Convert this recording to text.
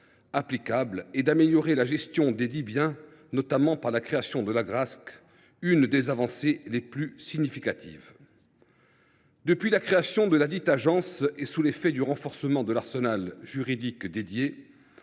applicables et d’améliorer la gestion desdits biens, notamment par la création de l’Agrasc, l’une des avancées les plus significatives. Depuis la création de ladite agence, et sous l’effet du renforcement de l’arsenal juridique mis